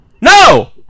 No